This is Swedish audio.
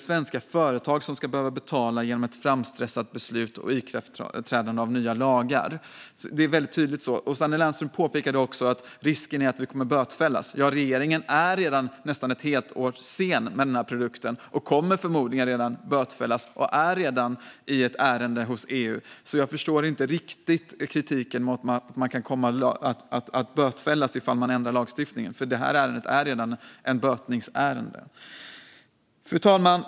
Svenska företag ska inte behöva betala genom ett framstressat beslut och ikraftträdande av nya lagar. Det är väldigt tydligt. Sanne Lennström påpekade också att risken är att vi kommer att bötfällas. Ja, regeringen är nästan ett helt år sen med den här produkten och kommer förmodligen att bötfällas redan som det är. Det finns redan ett ärende hos EU. Jag förstår inte riktigt den kritik som handlar om att man kan komma att bötfällas ifall man ändrar lagstiftningen, för det här är redan ett bötesärende. Fru talman!